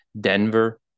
Denver